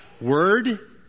Word